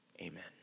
Amen